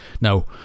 Now